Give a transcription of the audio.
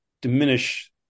diminish